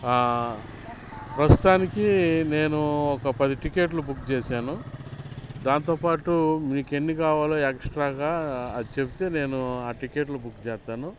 ప్రస్తుతానికి నేను ఒక పది టికెట్లు బుక్ చేశాను దాంతోపాటు మీకు ఎన్ని కావాలో ఎక్స్ట్రాగా అది చెప్తే నేను ఆ టికెట్లు బుక్ చేస్తాను